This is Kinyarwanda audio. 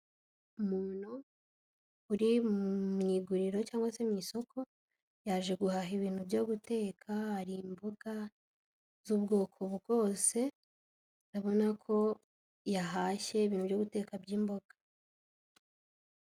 Umuntu uri mu iguriro cyangwa se mu isoko yaje guhaha ibintu byo guteka, hari imboga z'ubwoko bwose, urabona ko yahashye ibintu byo guteka by'imboga.